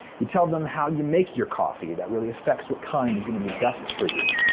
you tell them how you make your coffee that really effects what kind is gonna be best for you.